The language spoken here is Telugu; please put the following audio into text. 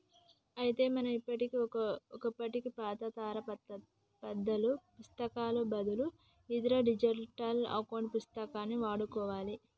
అయితే మనం ఇప్పుడు ఒకప్పటి పాతతరం పద్దాల పుత్తకాలకు బదులు ఈతరం డిజిటల్ అకౌంట్ పుస్తకాన్ని వాడుకోవాలి